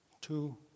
two